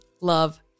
love